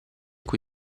cui